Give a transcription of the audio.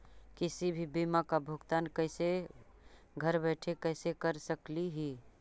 किसी भी बीमा का भुगतान कैसे घर बैठे कैसे कर स्कली ही?